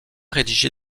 rédigé